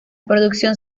producción